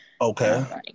okay